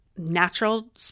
natural